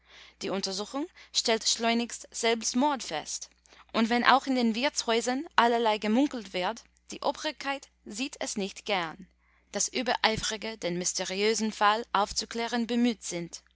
die untersuchung stellt schleunigst selbstmord fest und wenn auch in den wirtshäusern allerlei gemunkelt wird die obrigkeit sieht es nicht gern daß übereifrige den mysteriösen fall aufzuklären bemüht sind